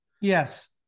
yes